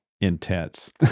intense